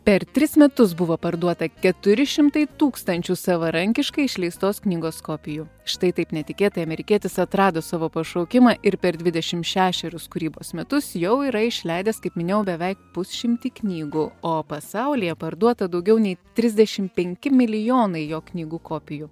per tris metus buvo parduota keturi šimtai tūkstančių savarankiškai išleistos knygos kopijų štai taip netikėtai amerikietis atrado savo pašaukimą ir per dvidešimt šešerius kūrybos metus jau yra išleidęs kaip minėjau beveik pusšimtį knygų o pasaulyje parduota daugiau nei trisdešim penki milijonai jo knygų kopijų